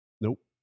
Nope